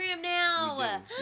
now